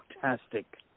fantastic